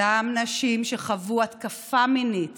אותן נשים שחוו התקפה מינית